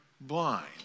blind